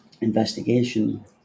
investigation